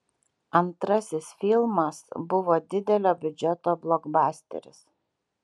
antrasis filmas buvo didelio biudžeto blokbasteris